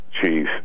Chief